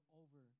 over